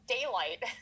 daylight